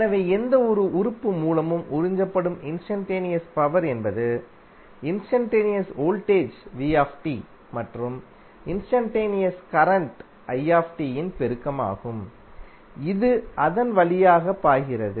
எனவேஎந்தவொரு உறுப்பு மூலமும் உறிஞ்சப்படும்இன்ஸ்டன்டேனியஸ் பவர் என்பது இன்ஸ்டன்டேனியஸ் வோல்டேஜ் மற்றும் இன்ஸ்டன்டேனியஸ் கரண்ட் இன் பெருக்கம் ஆகும் இது அதன் வழியாக பாய்கிறது